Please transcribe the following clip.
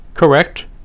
Correct